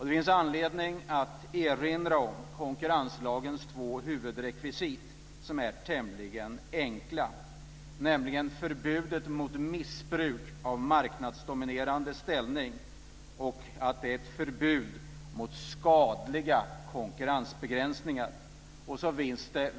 Det finns anledning att erinra om konkurrenslagens två huvudrekvisit som är tämligen enkla, nämligen förbudet mot missbruk av marknadsdominerande ställning och förbudet mot skadliga konkurrensbegränsningar.